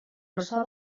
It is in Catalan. ressò